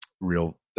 real